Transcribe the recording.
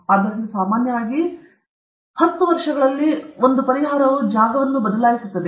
ಆದ್ದರಿಂದ ಸಾಮಾನ್ಯವಾಗಿ ಸರಿ ಹತ್ತು ವರ್ಷಗಳಲ್ಲಿ ಒಂದು ಪರಿಹಾರವು ಜಾಗವನ್ನು ಬದಲಾಯಿಸುತ್ತದೆ